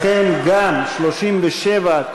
לכן גם הסתייגות 37,